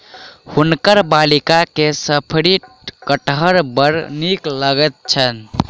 हुनकर बालिका के शफरी कटहर बड़ नीक लगैत छैन